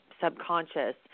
subconscious